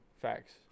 Facts